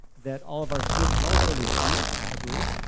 that all of our students also received, i believe.